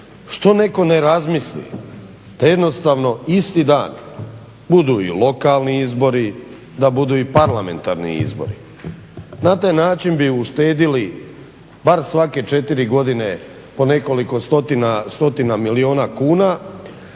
Što netko ne razmisli da jednostavno isti dan budu i lokalni izbori, da budu i parlamentarni izbori. Na taj način bi uštedili bar svake 4 godine po nekoliko stotina milijuna kuna,